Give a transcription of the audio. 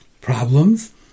problems